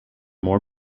more